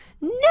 no